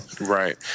right